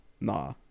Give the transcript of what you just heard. nah